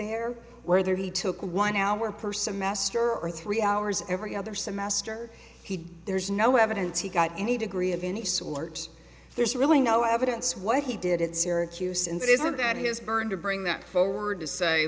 there whether he took a one hour per semester or three hours every other semester he there's no evidence he got any degree of any sort there's really no evidence what he did it's syracuse and it isn't that he was burned to bring that forward to say